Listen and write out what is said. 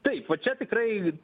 taip va čia tikrai